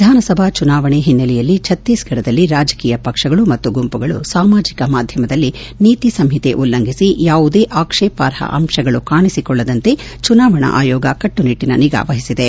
ವಿಧಾನಸಭಾ ಚುನಾವಣೆ ಹಿನ್ನೆಲೆಯಲ್ಲಿ ಫತ್ತೀಸ್ಫಡದಲ್ಲಿ ರಾಜಕೀಯ ಪಕ್ಷಗಳು ಮತ್ತು ಗುಂಪುಗಳು ಸಾಮಾಜಿಕ ಮಾಧ್ಯಮದಲ್ಲಿ ನೀತಿಸಂಹಿತೆ ಉಲ್ಲಂಘಿಸಿ ಯಾವುದೇ ಆಕ್ಷೇಪಾರ್ಹ ಅಂಶಗಳು ಕಾಣಿಸಿಕೊಳ್ಳದಂತೆ ಚುನಾವಣಾ ಆಯೋಗ ಕಟ್ಟುನಿಟ್ಟಿನ ನಿಗಾವಹಿಸಿದೆ